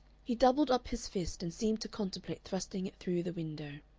he doubled up his fist, and seemed to contemplate thrusting it through the window.